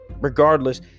Regardless